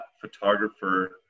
photographer